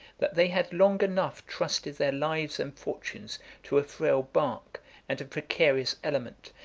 that they had long enough trusted their lives and fortunes to a frail bark and a precarious element,